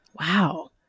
Wow